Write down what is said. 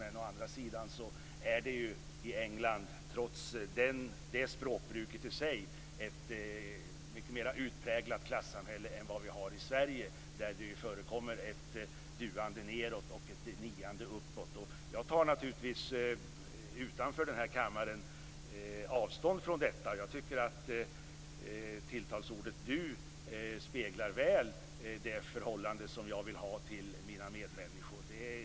Men å andra sidan har man ju i England, trots detta språkbruk, ett mycket mer utpräglat klassamhälle än i Sverige där det förekommer ett duande nedåt och ett niande uppåt. Utanför den här kammaren tar jag naturligtvis avstånd från detta. Jag tycker att tilltalsordet du väl speglar det förhållande som jag vill ha till mina medmänniskor.